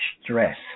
stress